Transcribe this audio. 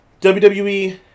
WWE